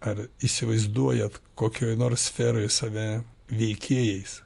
ar įsivaizduojat kokioj nors sferoj save veikėjais